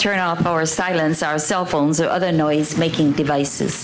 turn off our silence our cell phones or other noisemaking devices